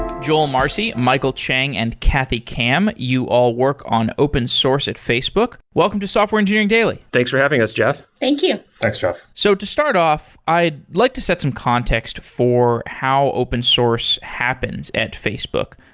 joel marcey, michael cheng, and kathy kam, you are all work on open source at facebook. welcome to software engineering daily thanks for having us, jeff. thank you. thanks, jeff so to start off, i'd like to set some context for how open source happens at facebook.